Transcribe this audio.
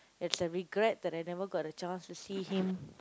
it's a regret that I never got the chance to see him